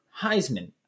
Heisman